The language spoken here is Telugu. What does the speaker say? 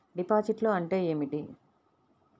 డిపాజిట్లు అంటే ఏమిటి?